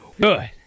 Good